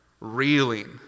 reeling